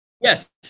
Yes